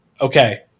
okay